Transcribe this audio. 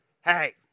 Hey